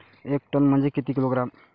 एक टन म्हनजे किती किलोग्रॅम?